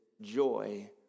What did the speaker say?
joy